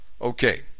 Okay